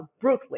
brutally